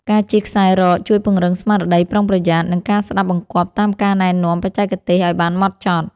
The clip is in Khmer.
ការជិះខ្សែរ៉កជួយពង្រឹងស្មារតីប្រុងប្រយ័ត្ន និងការស្ដាប់បង្គាប់តាមការណែនាំបច្ចេកទេសឱ្យបានម៉ត់ចត់។